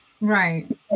right